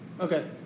Okay